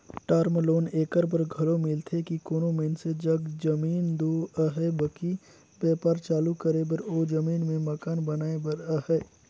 term loan एकर बर घलो मिलथे कि कोनो मइनसे जग जमीन दो अहे बकि बयपार चालू करे बर ओ जमीन में मकान बनाए बर अहे